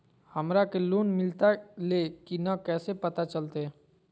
हमरा के लोन मिलता ले की न कैसे पता चलते?